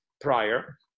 prior